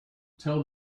tell